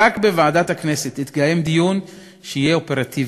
רק בוועדת הכנסת יתקיים דיון שיהיה אופרטיבי.